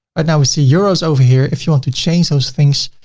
right now, we see euros over here. if you want to change those things,